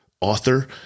author